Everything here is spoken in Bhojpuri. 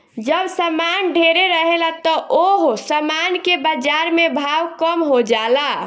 जब सामान ढेरे रहेला त ओह सामान के बाजार में भाव कम हो जाला